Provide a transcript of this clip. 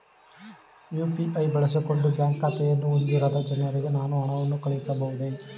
UPI ಬಳಸಿಕೊಂಡು bank ಖಾತೆಯನ್ನು ಹೊಂದಿರದ ಜನರಿಗೆ ನಾನು ಹಣವನ್ನು ಕಳುಹಿಸಬಹುದೇ?